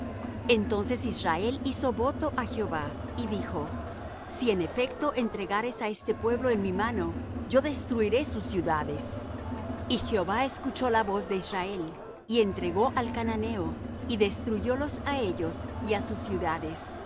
entonces israel hizo voto á jehová y dijo si en efecto entregares á este pueblo en mi mano yo destruiré sus ciudades y jehová escuchó la voz de israel y entregó al cananeo y destruyólos á ellos y á sus ciudades